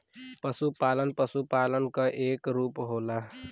पसुपालन पसुपालन क एक रूप होला